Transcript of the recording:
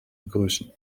begrüßen